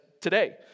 today